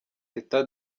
teta